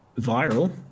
viral